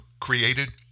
created